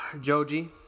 Joji